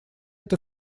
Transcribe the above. это